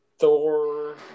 Thor